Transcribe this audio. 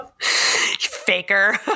Faker